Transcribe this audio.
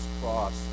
cross